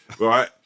right